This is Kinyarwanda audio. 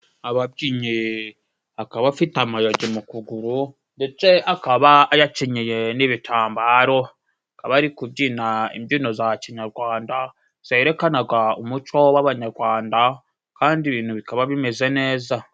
Ababyinye akaba afite amayogi mu kuguru ndetse akaba ayacyenyeye n'ibitambaro akaba ari kubyina imbyino za kinyarwanda zerekanaga umuco w'abanyarwanda kandi ibintu bikaba bimeze neza.